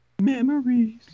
Memories